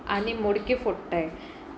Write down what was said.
आनी मडकी फोडटाय